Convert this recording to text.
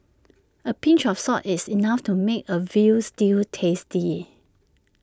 A pinch of salt is enough to make A Veal Stew tasty